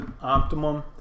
optimum